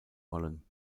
wollen